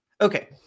Okay